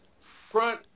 front